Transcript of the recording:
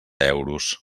euros